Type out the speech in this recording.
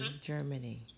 Germany